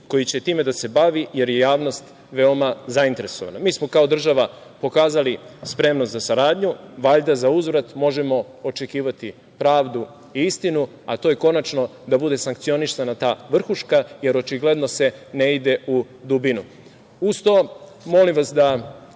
koji će time da se bavi, jer je javnost veoma zainteresovana? Mi smo kao država pokazali spremnost za saradnju, valjda zauzvrat možemo očekivati pravdu i istinu, a to je konačno da bude sankcionisana ta vrhuška, jer očigledno se ne ide u dubinu. Uz